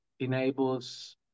enables